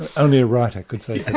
and only a writer could say say